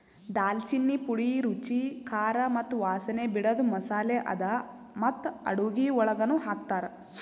ದಾಲ್ಚಿನ್ನಿ ಪುಡಿ ರುಚಿ, ಖಾರ ಮತ್ತ ವಾಸನೆ ಬಿಡದು ಮಸಾಲೆ ಅದಾ ಮತ್ತ ಅಡುಗಿ ಒಳಗನು ಹಾಕ್ತಾರ್